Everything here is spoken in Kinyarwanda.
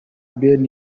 ben